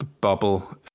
bubble